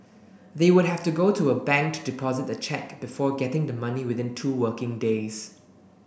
they would have to go to a bank to deposit the cheque before getting the money within two working days